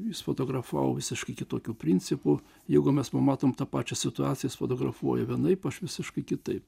jis fotografavau visiškai kitokiu principu jeigu mes pamatom tą pačią situacijąjis fotografuoja vienaip aš visiškai kitaip